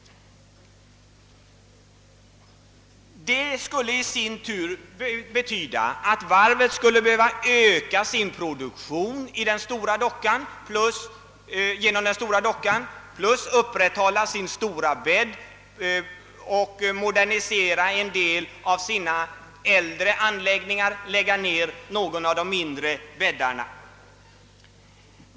Det skulle i sin tur betyda att varvet måste öka sin produktion genom den stora dockan, samt upprätthålla sin stora bädd, modernisera en del av sina äldre anläggningar men lägga ned någon av de mindre bäddarna.